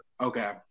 Okay